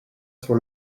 sur